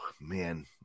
man